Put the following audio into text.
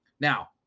Now